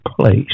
place